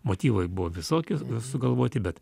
motyvai buvo visokie sugalvoti bet